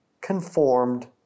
conformed